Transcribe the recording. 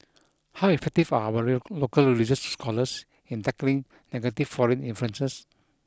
how effective are our local religious scholars in tackling negative foreign influences